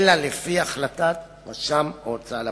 אלא לפי החלטת רשם ההוצאה לפועל.